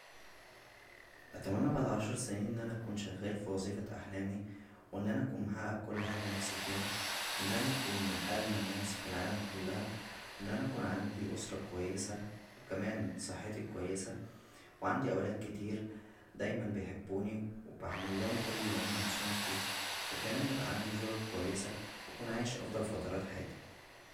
اتمنى بعد عشر سنين ان انا اكون شغال فى وظيفة احلامى و ان انا اكون محقق كل حاجه نفسى فيها و ان انا اكون من اغنى الناس فالعالم كلها و ان انا اكون عندى اسره كويسه و كمان صحتى كويسه و عندى اولاد كتير دايما بيحبونى و اعملهم كل اللى نفسهم فيه وكمان يبقى عندى زوجه كويسه واكون عايش افضل فترات حياتى